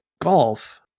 golf